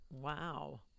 Wow